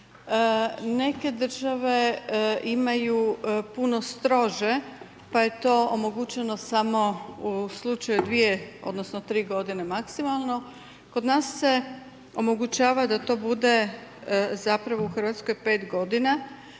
Neke države imaju puno strože, pa je to omogućeno, samo u slučaju 2 odnosno 3 g. maksimalno. Kod nas se omogućava da to bude zapravo u Hrvatskoj 5 g.